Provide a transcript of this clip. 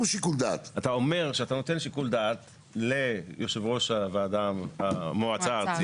אתה אומר שאתה נותן שיקול דעת ליושב ראש המועצה הארצית.